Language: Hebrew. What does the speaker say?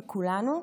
וכולנו,